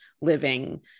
living